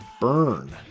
burn